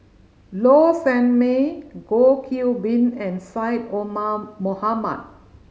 Low Sanmay Goh Qiu Bin and Syed Omar Mohamed